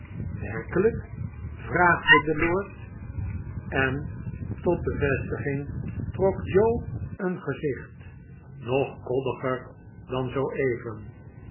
werkelijk vraagde de lord en tot bevestiging trok joe een gezicht nog koddiger dan zoo even